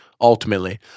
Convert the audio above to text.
ultimately